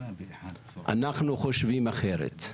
אנחנו חושבים אחרת.